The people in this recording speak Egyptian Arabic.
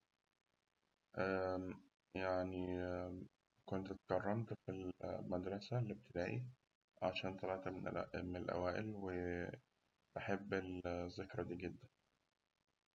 يعني كنت اتكرمت في المدرسة الابتدائي، عشان طلعت من الأوائل وبحب الذكرى دي جداً.